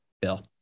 Bill